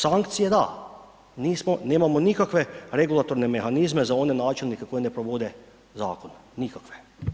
Sankcije da, nismo, nemamo nikakve regulatorne mehanizme za one načelnike koji ne provode zakon, nikakve.